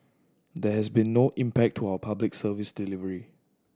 there has been no impact to our Public Service delivery